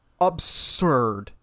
absurd